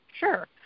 Sure